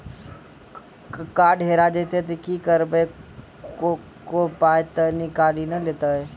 Card हेरा जइतै तऽ की करवै, कोय पाय तऽ निकालि नै लेतै?